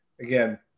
again